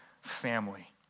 family